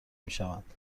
میشوند